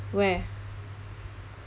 where